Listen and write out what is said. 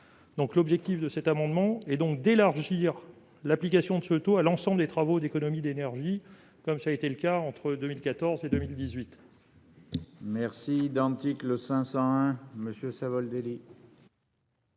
%. L'objectif de notre amendement est d'élargir l'application de ce taux à l'ensemble des travaux d'économies d'énergie, comme cela a été le cas entre 2014 et 2018. La parole est à M. Pascal Savoldelli,